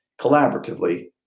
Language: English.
collaboratively